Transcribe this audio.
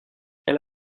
elle